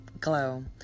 Glow